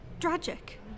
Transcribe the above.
tragic